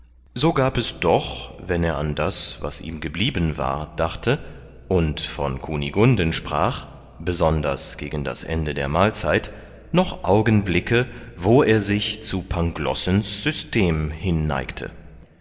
so gab es doch wenn er an das was ihm geblieben war dachte und von kunigunden sprach besonders gegen das ende der mahlzeit noch augenblicke wo er sich zu panglossens system